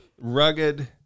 rugged